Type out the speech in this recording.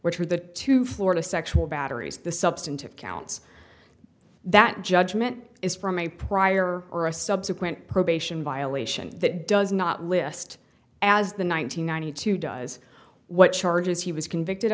which are the two florida sexual batteries the substantive counts that judgment is from a prior or a subsequent probation violation that does not list as the one thousand nine hundred two does what charges he was convicted